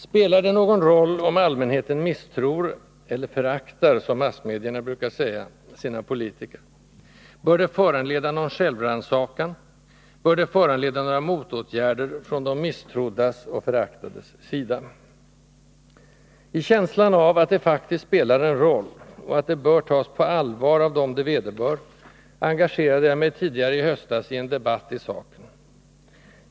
Spelar det någon roll om allmänheten misstror — eller föraktar, som massmedierna brukar säga — sina politiker? Bör det föranleda någon självrannsakan? Bör det föranleda några motåtgärder från de misstroddas och föraktades sida? I känslan av att det faktiskt spelar en roll och att det bör tas på allvar av dem det vederbör, engagerade jag mig tidigare i hös s i en debatt i saken.